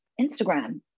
Instagram